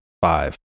five